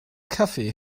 kaffee